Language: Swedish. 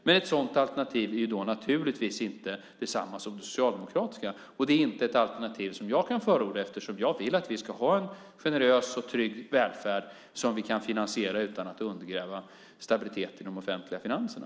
Men ett sådant alternativ är naturligtvis inte detsamma som det socialdemokratiska, och det är inte ett alternativ som jag kan förorda eftersom jag vill att vi ska ha en generös och trygg välfärd som vi kan finansiera utan att undergräva stabiliteten i de offentliga finanserna.